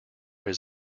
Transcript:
his